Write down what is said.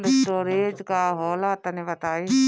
Cold storage का होला तनि बताई?